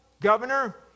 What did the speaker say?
governor